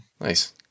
Nice